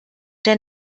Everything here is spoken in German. der